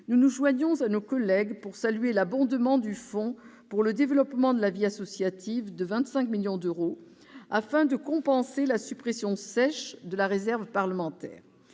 nous nous joignons à nos collègues pour saluer l'abondement du Fonds pour le développement de la vie associative de 25 millions d'euros, afin de compenser la suppression « sèche » de la réserve parlementaire.